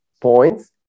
points